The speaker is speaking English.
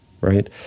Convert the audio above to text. right